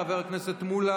חבר הכנסת מולא,